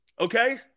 Okay